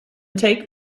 take